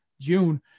June